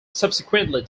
subsequently